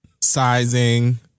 sizing